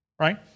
right